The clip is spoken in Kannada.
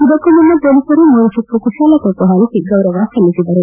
ಇದಕ್ಕೂ ಮುನ್ನ ಪೊಲೀಸರು ಮೂರು ಸುತ್ತು ಕುಶಾಲ ತೋಪು ಹಾರಿಸಿ ಗೌರವ ಸಲ್ಲಿಸಿದರು